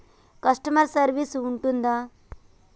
Customer service ఉంటుందా?